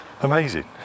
Amazing